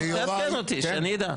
תעדכן אותי, שאני אדע.